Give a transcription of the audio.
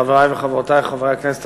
חברי וחברותי חברי הכנסת,